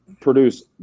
produce